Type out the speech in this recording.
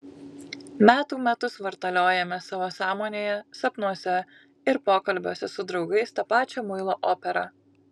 metų metus vartaliojame savo sąmonėje sapnuose ir pokalbiuose su draugais tą pačią muilo operą